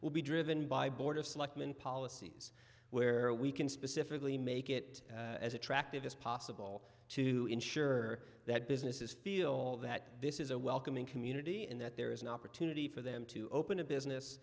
will be driven by board of selectmen policies where we can specifically make it as attractive as possible to ensure that business is feel that this is a welcoming community and that there is an opportunity for them to open a business